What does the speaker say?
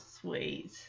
sweet